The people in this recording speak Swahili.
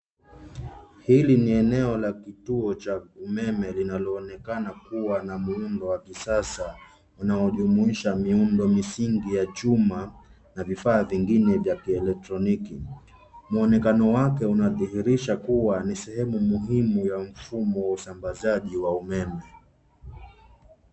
Hili ni eneo la kituo cha umeme linaloonekana kuwa na muundo wa kisasa unaojumuisha miundo misingi ya chuma na vifaa vingine vya kielektroniki. Mwonekano wake unadhihirisha kuwa ni sehemu muhimu ya mfumo wa usambazaji wa umeme.